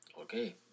okay